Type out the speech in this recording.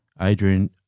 Adrian